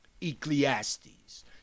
Ecclesiastes